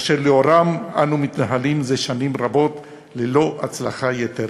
אשר לאורם אנו מתנהלים זה שנים רבות ללא הצלחה יתרה.